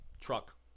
truck